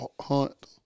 hunt